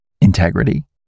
integrity